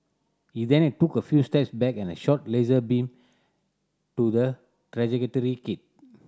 he then and took a few steps back and shot laser beam to the trajectory kit